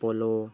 polo